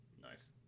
nice